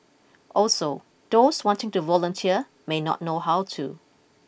also those wanting to volunteer may not know how to